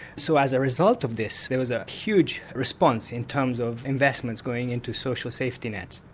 so as a result of this there was a huge response in terms of investments going into social safety-nets,